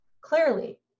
Clearly